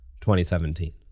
2017